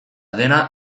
dena